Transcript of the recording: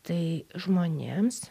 tai žmonėms